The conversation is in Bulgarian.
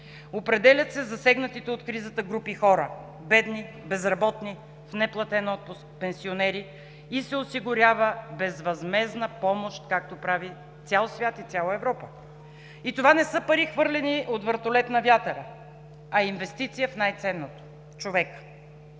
определят се засегнатите от кризата група хора – бедни, безработни, в неплатен отпуск, пенсионери и се осигурява безвъзмездна помощ както прави цял свят и цяла Европа. И това не са пари, хвърлени от вертолет на вятъра, а инвестиция в най-ценното – човекът.